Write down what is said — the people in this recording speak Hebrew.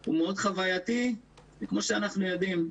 הוא מאוד חוויתי וכמו שאנחנו יודעים,